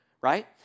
Right